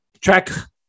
track